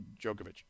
Djokovic